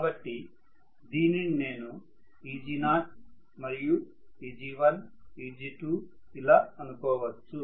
కాబట్టి దీనిని నేను Eg0 మరియు Eg1 Eg2 ఇలా అనుకోవచ్చు